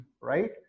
Right